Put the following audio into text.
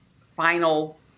final